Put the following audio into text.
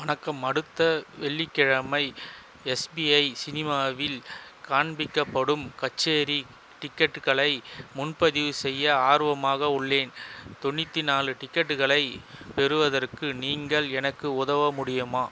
வணக்கம் அடுத்த வெள்ளிக்கிழமை எஸ்பிஐ சினிமாவில் காண்பிக்கப்படும் கச்சேரி டிக்கெட்டுகளை முன்பதிவு செய்ய ஆர்வமாக உள்ளேன் தொண்ணூற்று நாலு டிக்கெட்டுகளை பெறுவதற்கு நீங்கள் எனக்கு உதவ முடியுமா